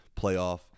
playoff